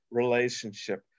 relationship